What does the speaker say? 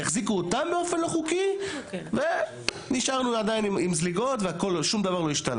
יחזיקו אותם באופן לא חוקי ונשארנו עדיין עם זליגות ושום דבר לא השתנה,